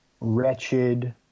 wretched